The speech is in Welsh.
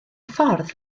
ffordd